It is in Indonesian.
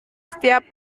setiap